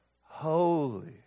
holy